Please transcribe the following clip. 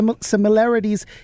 similarities